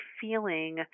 feeling